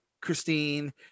Christine